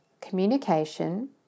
communication